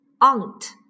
Aunt